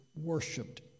worshipped